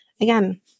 Again